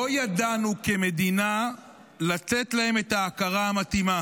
לא ידענו כמדינה לתת להם את ההכרה המתאימה,